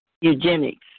eugenics